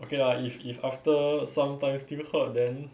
okay lah if if after some time still hurt then